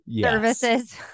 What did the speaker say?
services